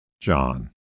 John